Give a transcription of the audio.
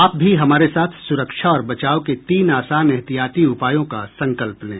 आप भी हमारे साथ सुरक्षा और बचाव के तीन आसान एहतियाती उपायों का संकल्प लें